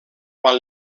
quan